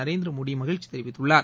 நரேந்திரமோடி மகிழ்ச்சி தெிவித்துள்ளார்